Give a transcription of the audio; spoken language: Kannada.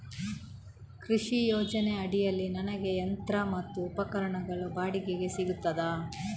ಕೃಷಿ ಯೋಜನೆ ಅಡಿಯಲ್ಲಿ ನನಗೆ ಯಂತ್ರ ಮತ್ತು ಉಪಕರಣಗಳು ಬಾಡಿಗೆಗೆ ಸಿಗುತ್ತದಾ?